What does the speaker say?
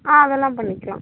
ஆ அதெல்லாம் பண்ணிக்கலாம்